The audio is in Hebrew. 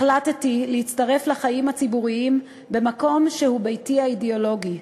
החלטתי להצטרף לחיים הציבוריים במקום שהוא ביתי האידיאולוגי,